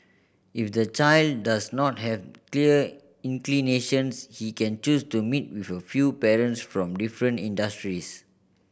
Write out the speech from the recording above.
if the child does not have clear inclinations he can choose to meet with a few parents from different industries